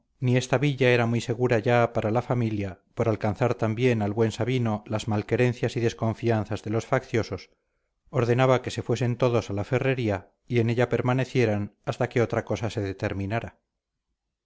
ni esta villa era muy segura ya para la familia por alcanzar también al buen sabino las malquerencias y desconfianzas de los facciosos ordenaba que se fuesen todos a la ferrería y en ella permanecieran hasta que otra cosa se determinara